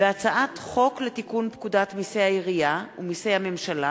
התרבות והספורט להכנה לקריאה ראשונה.